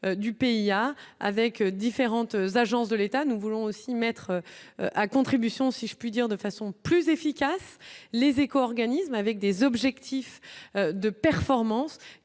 du pays a avec différentes agences de l'État, nous voulons aussi mettre à contribution si je puis dire de façon plus efficace les éco-organismes avec des objectifs de performance